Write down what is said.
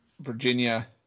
Virginia